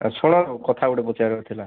ଏ ଶୁଣନ୍ତୁ କଥା ଗୋଟେ ପଚାରିବାର ଥିଲା